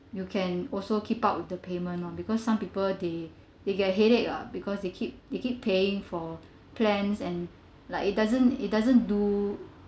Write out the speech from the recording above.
you can also keep up with the payment lor because some people they they get headache ah because they keep they keep paying for plans and like it doesn't it doesn't do